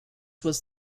was